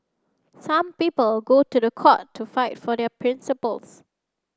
some people go to the court to fight for their principles